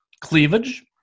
cleavage